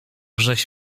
żeś